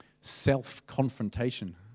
self-confrontation